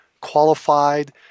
qualified